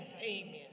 Amen